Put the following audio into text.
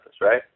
right